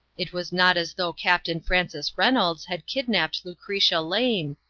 it was not as though captain francis reynolds had kidnapped lucretia lane,